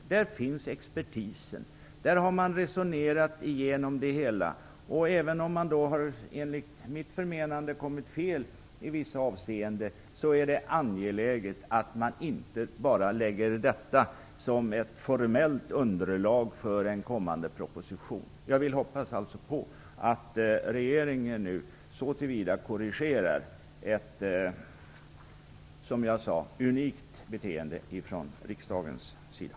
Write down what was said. Där finns expertisen; där har man resonerat igenom det hela. Även om man enligt mitt förmenande har kommit fel i vissa avseenden är det angeläget att inte bara lägga detta som ett formellt underlag för en kommande proposition. Jag hoppas alltså att regeringen så till vida nu korrigerar ett, som jag sade, unikt beteende från riksdagens sida.